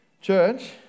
Church